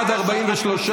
אני רוצה חוות דעת משפטית.